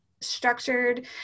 structured